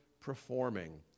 performing